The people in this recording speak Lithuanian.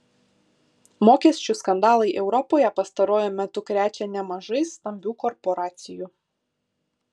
mokesčių skandalai europoje pastaruoju metu krečia nemažai stambių korporacijų